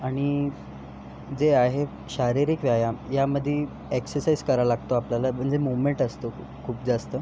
आणि जे आहेत शारिरीक व्यायाम यामध्ये एक्सरसाईज करावं लागतं आपल्याला म्हणजे मूव्हमेंट असतो खूप जास्त